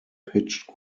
pitched